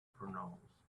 pronounce